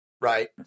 right